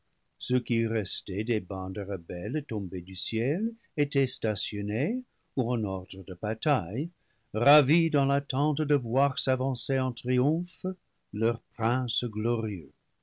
ceux qui restaient des bandes rebelles tombées du ciel étaient stationnés ou en ordre de bataille ravis dans l'attente de voir s'avancer en triomphe leur prince glorieux